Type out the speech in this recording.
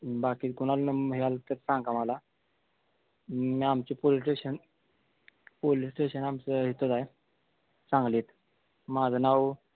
बाकी कोणाला नं हे आलं तर सांगा मला मी आमचे पोलिस स्टेशन पोलिस स्टेशन आमचं इथंच आहे सांगलीत माझं नाव